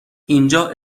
اینجا